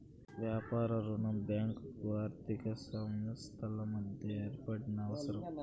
వ్యాపార రుణం బ్యాంకు ఆర్థిక సంస్థల మధ్య ఏర్పాటు అవసరం